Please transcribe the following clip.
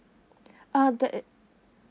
uh there it